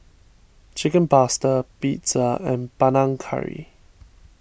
Chicken Pasta Pizza and Panang Curry